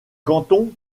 canton